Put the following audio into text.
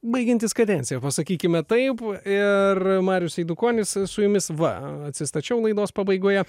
baigiantis kadenciją pasakykime taip ir marius eidukonis su jumis va atsistačiau laidos pabaigoje